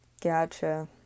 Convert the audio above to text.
gotcha